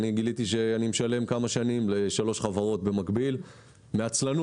גיליתי שאני משלם כמה שנים ל-3 חברות במקביל מעצלות,